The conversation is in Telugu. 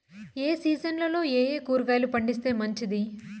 ఏ సీజన్లలో ఏయే కూరగాయలు పండిస్తే మంచిది